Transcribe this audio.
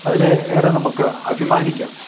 അതിൽ ഏറെ നമുക്ക് അഭിമാനിക്കാം